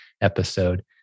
episode